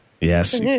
Yes